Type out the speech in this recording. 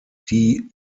die